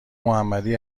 محمدی